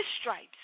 stripes